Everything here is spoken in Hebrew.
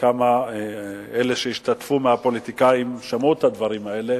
וכמה אלה שהשתתפו מהפוליטיקאים שמעו את הדברים האלה.